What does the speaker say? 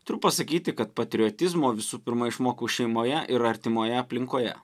turiu pasakyti kad patriotizmo visų pirma išmokau šeimoje ir artimoje aplinkoje